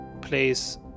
place